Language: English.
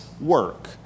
work